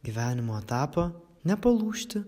gyvenimo etapą nepalūžti